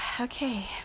okay